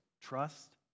trust